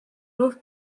most